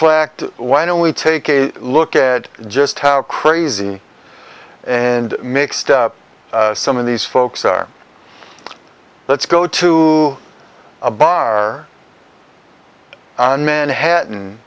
flecked why don't we take a look at just how crazy and mixed up some of these folks are let's go to a bar on manhattan